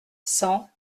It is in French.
cent